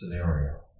scenario